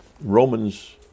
Romans